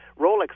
Rolex